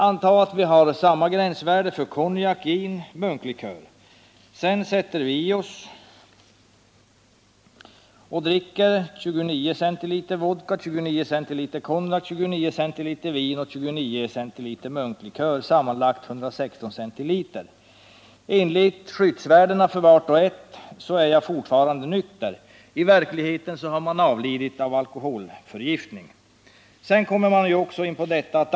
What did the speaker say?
Antag att vi har samma gränsvärde för konjak, gin och munklikör. Sedan sätter vi i oss 29 cl vodka, 29 cl konjak, 29 cl vin och 29 cl munklikör, sammanlagt 116 cl. Enligt skyddsvärdena för var och en av dessa drycker är man fortfarande nykter, men i verkligheten har man avlidit på grund av alkoholförgiftning.